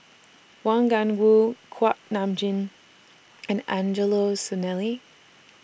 Wang Gungwu Kuak Nam Jin and Angelo Sanelli